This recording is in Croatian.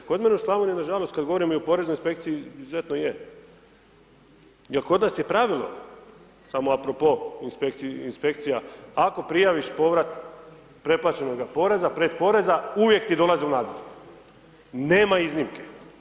Kod mene u Slavoniji nažalost kad govorimo i o poreznoj inspekciji, izuzetno je, jer kod nas je pravilo, samo a pro po inspekcija ako prijaviš povrat preplaćenoga poreza, pretporeza, uvijek ti dolazi u nadzor, nema iznimke.